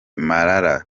marara